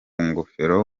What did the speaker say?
ngofero